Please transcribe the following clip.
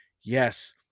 yes